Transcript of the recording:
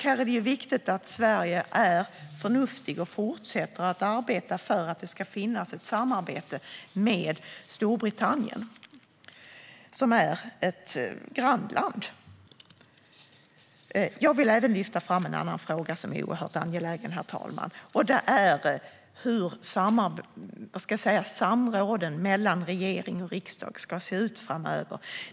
Här är det viktigt att vi i Sverige är förnuftiga och fortsätter att arbeta för att det ska finnas ett samarbete med Storbritannien. Det är ett grannland! Herr talman! Jag vill även lyfta fram en annan oerhört angelägen fråga, nämligen hur samråden mellan regering och riksdag ska se ut framöver.